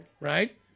Right